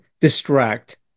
distract